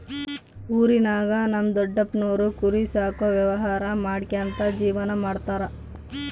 ಊರಿನಾಗ ನಮ್ ದೊಡಪ್ಪನೋರು ಕುರಿ ಸಾಕೋ ವ್ಯವಹಾರ ಮಾಡ್ಕ್ಯಂತ ಜೀವನ ಮಾಡ್ತದರ